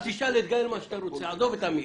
אז תשאל את גאל מה שאתה רוצה, עזוב את אמיר.